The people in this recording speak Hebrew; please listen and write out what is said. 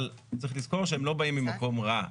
אבל צריך לזכור שהם לא באים ממקום רע.